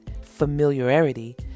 familiarity